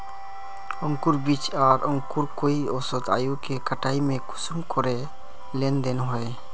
अंकूर बीज आर अंकूर कई औसत आयु के कटाई में कुंसम करे लेन देन होए?